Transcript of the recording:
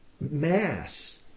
mass